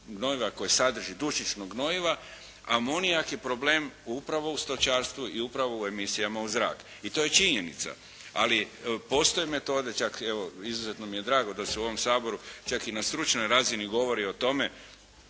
koje sadrži, dušičnog gnojiva. Amonijak je problem upravo u stočarstvu i upravo u emisijama u zrak, i to je činjenica. Ali postoje metode, čak evo izuzetno mi je drago da